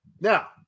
Now